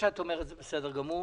שאת אומרת זה בסדר גמור.